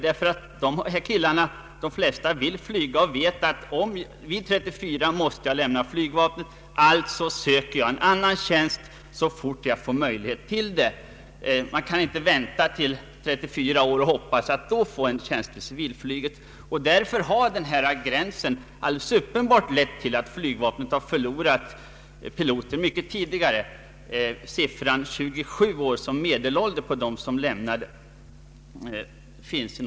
De flesta vill fortsätta att flyga, och eftersom de vet att de vid 34 års ålder måste lämna flygvapnet, så söker de en annan tjänst så fort de får möjlighet därtill. Man kan inte vänta tills man blir 34 år och hoppas på att man då skall få en tjänst inom civilflyget. Åldersgränsen har alldeles uppenbart lett till att flygvapnet förlorat piloter mycket tidigare. Siffran 27 år har nämnts som medelålder på dem som lämnar flygvapnet.